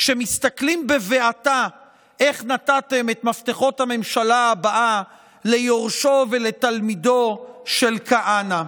שמסתכלים בבעתה איך נתתם את מפתחות הממשלה הבאה ליורשו ותלמידו של כהנא.